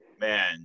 Man